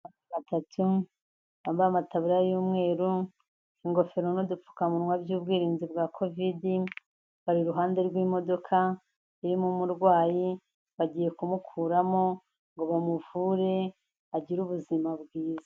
Batatu bambaye amataburiya y'umweru, ingofero n'udupfukamunwa by'ubwirinzi bwa COVID, bari iruhande rw'imodoka irimo umurwayi, bagiye kumukuramo ngo bamuvure agire ubuzima bwiza.